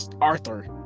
Arthur